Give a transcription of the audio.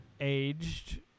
aged